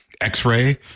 x-ray